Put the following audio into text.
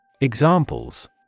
Examples